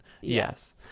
yes